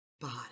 body